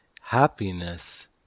Happiness